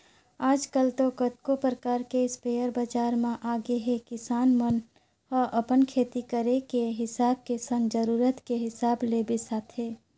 आजकल तो कतको परकार के इस्पेयर बजार म आगेहे किसान मन ह अपन खेती करे के हिसाब के संग जरुरत के हिसाब ले बिसाथे